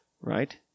right